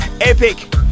epic